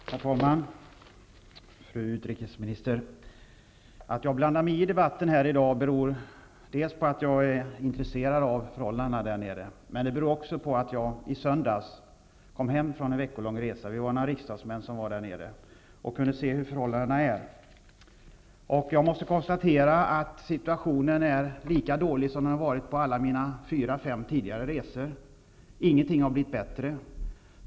Herr talman! Fru utrikesminister! Att jag blandar mig i debatten här i dag beror dels på att jag är intresserad av förhållandena i Mellanöstern, dels på att jag i söndags kom hem från en veckolång resa i området. Vi var några riksdagsmän som var nere i Mellanöstern och kunde se hurdana förhållandena är. Jag måste konstatera att situationen är lika dålig som den har varit vid tidpunkten för alla mina fyra fem tidigare resor. Ingenting har blivit bättre.